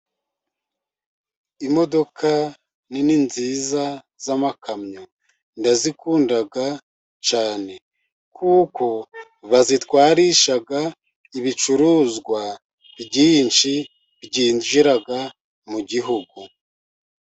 Imodoka nini nziza z'amakamyo, ndazikunda cyane, kuko bazitwarisha ibicuruzwa byinshi, byinjira mu gihugu.